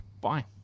Bye